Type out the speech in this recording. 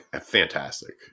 fantastic